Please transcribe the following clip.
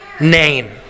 name